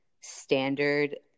standard